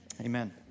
amen